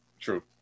True